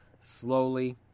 slowly